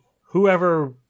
whoever